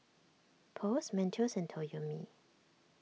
Post Mentos and Toyomi